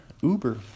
Uber